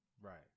Right